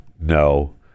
No